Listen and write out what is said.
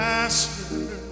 Master